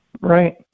Right